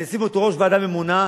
אני אשים אותו ראש ועדה ממונה,